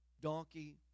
donkey